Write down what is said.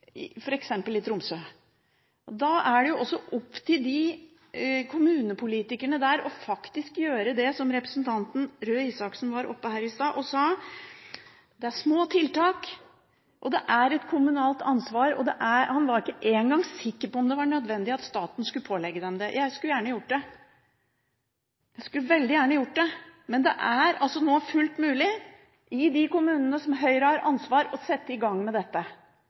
Oslo og Tromsø. Da er det opp til kommunepolitikerne der å gjøre det som representanten Røe Isaksen var innom i stad. Som han sa: Det er små tiltak, og det er et kommunalt ansvar. Han var ikke engang sikker på om det er nødvendig at staten skal pålegge dem tiltakene. Jeg skulle veldig gjerne ha gjort det. I de kommunene som Høyre har ansvaret for, er det fullt mulig å sette i gang med dette.